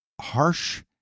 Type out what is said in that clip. harsh